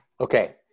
Okay